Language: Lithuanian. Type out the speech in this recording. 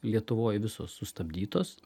lietuvoj visos sustabdytos